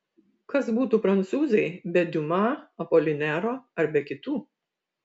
kas būtų prancūzai be diuma apolinero ar be kitų